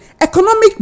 economic